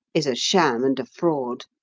is a sham and fraud.